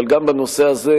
אבל גם בנושא הזה,